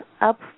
Up